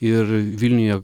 ir vilniuje